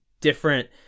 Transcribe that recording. different